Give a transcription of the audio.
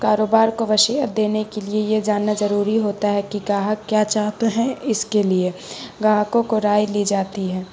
کاروبار کو وسعت دینے کے لیے یہ جاننا ضروری ہوتا ہے کہ گاہک کیا چاہتے ہیں اس کے لیے گاہکوں کی رائے لی جاتی ہے